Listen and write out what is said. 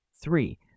Three